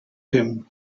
him